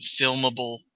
filmable